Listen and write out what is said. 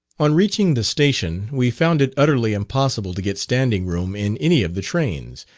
on reaching the station we found it utterly impossible to get standing room in any of the trains,